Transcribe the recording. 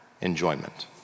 enjoyment